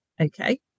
Okay